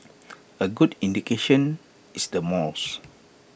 A good indication is the malls